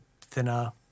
thinner